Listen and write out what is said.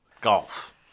Golf